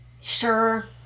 Sure